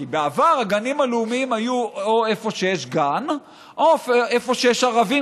כי בעבר הגנים הלאומיים היו או איפה שיש גן או איפה שיש ערבים,